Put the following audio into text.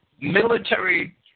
military